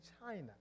China